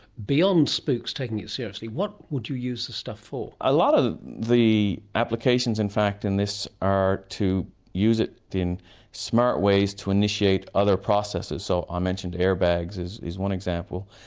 beyond spooks, taking it seriously, what would you use the stuff for? a lot of the applications in fact in this are to use it in smart ways to initiate other processes. so i mentioned air bags is is one example.